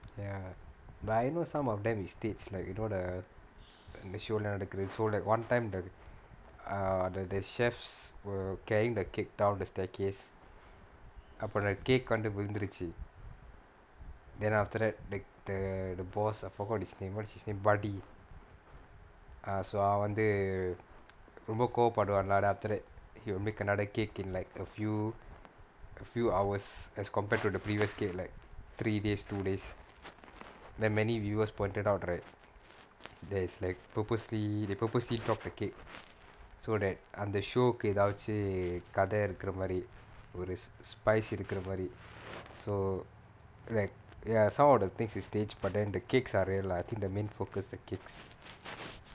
ya but I know some of them is staged like you know the show lah நடக்கறது:nadakkarathu so like one time the err th~ the chefs were carrying the cake down the staircase அப்ப அந்த:appe antha cake வந்து விழுந்திரிச்சு:vanthu vilunthirichchu then after that th~ the boss I forgot his name what is his name bruddy so அவன் வந்து ரொம்ப கோப படுவான்:avan vanthu romba koba paduvaan then after that he will make another cake in like a few a few hours as compared to the previous cake like three days two days then many viewers pointed out like that is like purposely they purposely dropped the cake so that அந்த:antha show எதாச்சும் கதை இருக்கற மாரி ஒரு:ethachchum kathai irukkara maari oru spice இருக்கற மாரி:irukkara maari so like ya some of the things is staged but then the cakes are real lah I think the main focus is the cakes